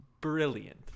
Brilliant